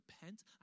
repent